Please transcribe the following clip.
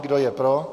Kdo je pro?